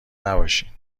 نباشین